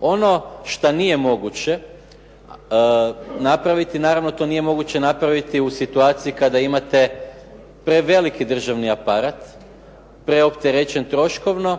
Ono što nije moguće napraviti naravno to nije moguće napraviti u situaciji kada imate preveliki državni aparat, preopterećen troškovno